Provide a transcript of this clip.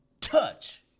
touch